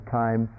time